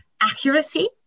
accuracy